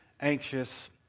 anxious